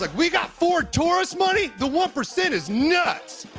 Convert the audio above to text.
like we got ford taurus money? the one percent is nuts!